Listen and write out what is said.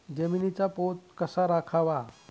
जमिनीचा पोत कसा राखावा?